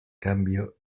cambio